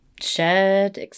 Shared